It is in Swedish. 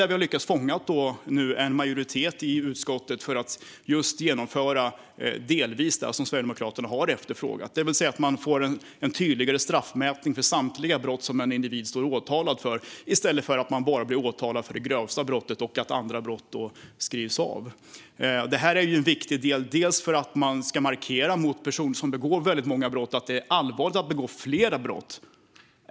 Vi har nu lyckats fånga en majoritet i utskottet för att delvis genomföra precis det Sverigedemokraterna har efterfrågat, det vill säga att man får en tydligare straffmätning för samtliga brott som en individ står åtalad för i stället för att individen åtalas enbart för det grövsta brottet medan andra brott skrivs av. Detta är viktigt bland annat för att samhället ska markera för en person som begår många brott att det är allvarligt att begå flera brott.